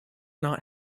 not